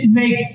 make